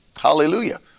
Hallelujah